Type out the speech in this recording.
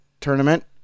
tournament